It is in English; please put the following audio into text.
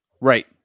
Right